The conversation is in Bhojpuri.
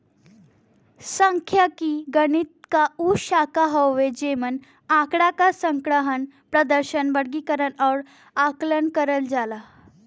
सांख्यिकी गणित क उ शाखा हउवे जेमन आँकड़ा क संग्रहण, प्रदर्शन, वर्गीकरण आउर आकलन करल जाला